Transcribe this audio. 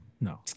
no